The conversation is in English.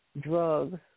drugs